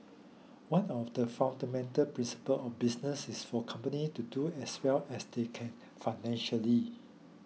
one of the fundamental principle of business is for company to do as well as they can financially